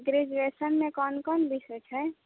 ग्रैजूएशनमे कोन कोन विषय छै